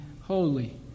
holy